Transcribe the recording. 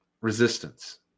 resistance